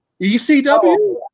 ECW